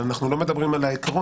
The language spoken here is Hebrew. אבל אנחנו לא מדברים על העיקרון.